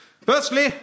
Firstly